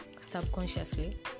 subconsciously